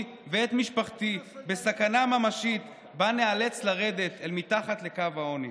ואת משפחתי בסכנה ממשית שניאלץ לרדת אל מתחת לקו העוני.